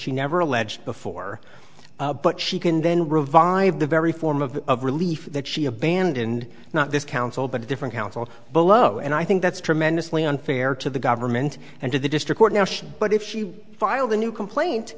she never alleged before but she can then revive the very form of of relief that she abandoned not this council but a different counsel below and i think that's tremendously unfair to the government and to the district court now but if she filed a new complaint